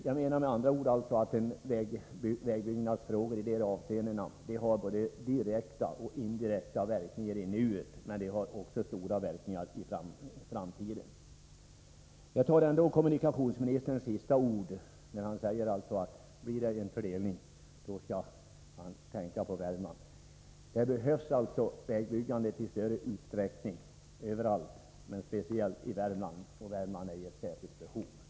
Jag menar med andra ord att vägbyggena i sysselsättningsavseende har stora både direkta och indirekta verkningar såväl i nuet som i framtiden. Jag tar kommunikationsministerns sista ord — då han sade att han, om det blir en fördelning av extra medel, skall tänka på Värmland — som ett löfte. Det behövs vägbyggande i större utsträckning. Det gäller överallt, men speciellt i Värmland. Värmland har här särskilda behov.